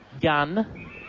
Gun